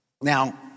Now